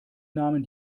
namen